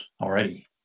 already